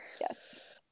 Yes